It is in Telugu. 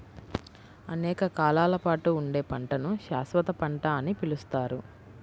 అనేక కాలాల పాటు ఉండే పంటను శాశ్వత పంట అని పిలుస్తారు